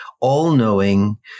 all-knowing